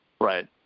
Right